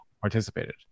participated